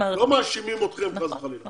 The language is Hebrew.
לא מאשימים אתכם חס וחלילה.